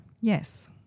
Yes